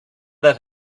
that